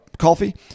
Coffee